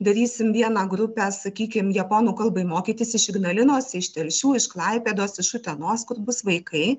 darysim vieną grupę sakykim japonų kalbai mokytis iš ignalinos iš telšių iš klaipėdos iš utenos kur bus vaikai